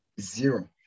zero